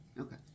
Okay